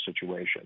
situation